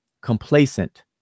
complacent